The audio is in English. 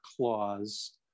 clause